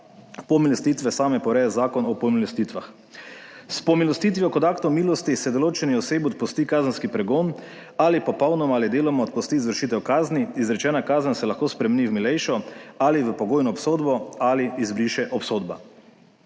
pomilostitve same po ureja Zakon o pomilostitvah. S pomilostitvijo kot akt milosti se določeni osebi odpusti kazenski pregon ali popolnoma ali deloma odpusti izvršitev kazni. Izrečena kazen se lahko spremeni v milejšo ali v pogojno obsodbo ali izbriše obsodba.